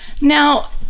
Now